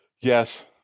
Yes